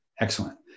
Excellent